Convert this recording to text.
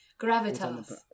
Gravitas